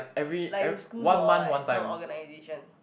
like in schools or like some organisation